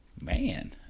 man